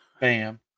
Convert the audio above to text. Bam